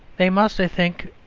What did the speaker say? they must, i think,